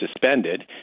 suspended